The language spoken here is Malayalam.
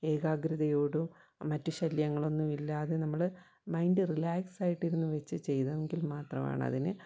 ഏകാഗ്രതയോടും മറ്റ് ശല്യങ്ങളൊന്നുമില്ലാതെ നമ്മള് മൈൻഡ് റിലാക്സ് ആയിട്ടിരുന്നു വെച്ച് ചെയ്തെങ്കിൽ മാത്രമാണതിന്